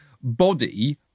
body